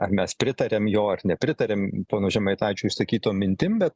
ar mes pritariame jo ar nepritariame pono žemaitaičio išsakytom mintim bet